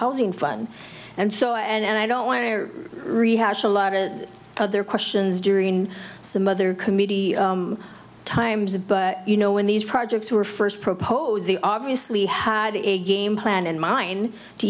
housing fun and so and i don't want to rehash a lot of other questions during some other committee times but you know when these projects were first proposed they obviously had a game plan and mine to